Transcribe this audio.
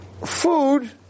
food